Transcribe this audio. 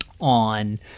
on